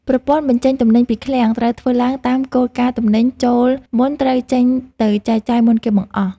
ប្រព័ន្ធបញ្ចេញទំនិញពីឃ្លាំងត្រូវធ្វើឡើងតាមគោលការណ៍ទំនិញចូលមុនត្រូវចេញទៅចែកចាយមុនគេបង្អស់។